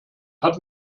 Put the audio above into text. hat